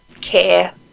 care